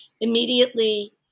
immediately